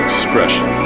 Expression